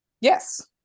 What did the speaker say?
yes